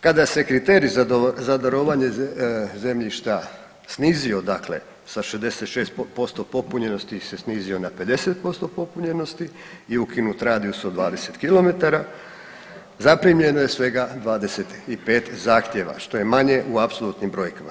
Kada se kriterij za darovanje zemljišta snizio dakle sa 66% popunjenosti se snizio na 55% popunjenosti i ukinut radijus od 20 kilometara zaprimljeno je svega 25 zahtjeva što je manje u apsolutnim brojkama.